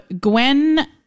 Gwen